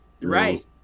right